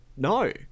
No